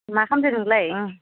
मा खालामदों नोंलाय